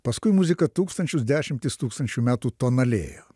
paskui muzika tūkstančius dešimtis tūkstančių metų tonalėjo